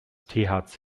thc